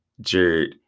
Jared